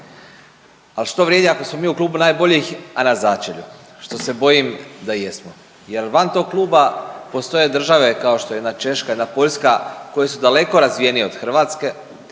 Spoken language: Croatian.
al što vrijedi ako smo mi u klubu najboljih, a na začelju, a što se bojim da jesmo jel van tog kluba postoje države kao što je jedna Češka, jedna Poljska koje su daleko razvijenije od Hrvatske,